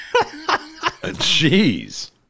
Jeez